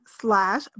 slash